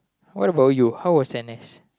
what about you how was n_s